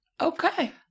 Okay